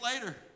later